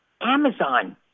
Amazon